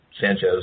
Sanchez